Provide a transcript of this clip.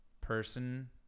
person